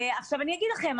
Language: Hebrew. אגיד לכם,